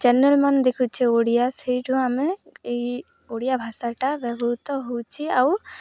channel ମାନ୍ ଦେଖୁଛେ ଓଡ଼ିଆ ସେଇଠୁ ଆମେ ଏଇ ଓଡ଼ିଆ ଭାଷାଟା ବ୍ୟବହୃତ ହେଉଛି ଆଉ